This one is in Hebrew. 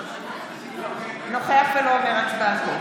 נוכח ולא אומר הצבעתו